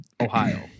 Ohio